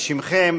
בשמכם,